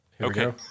Okay